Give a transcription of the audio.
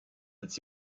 als